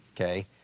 Okay